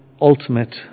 ultimate